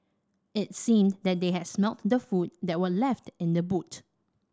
it seemed that they had smelt the food that were left in the boot